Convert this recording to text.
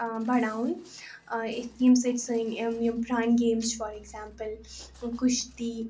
بَڑاوُن یِتھٕ ییٚمہِ سۭتۍ سٲنۍ یِم پرٛانہِ گیمٕز چھِ فار ایٚگزامپُل کُشتی